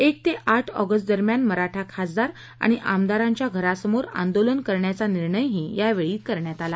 एक ते आठ ऑगस्टदरम्यान मराठा खासदार आणि आमदारांच्या घरासमोर आंदोलन करण्याचा निर्णयही यावेळी झाला